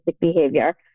behavior